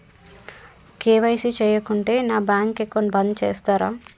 KYC చేయకుంటే నా bank account బంద్ చేస్తరా?